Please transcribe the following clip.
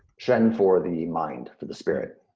shen for the mind, for the spirit.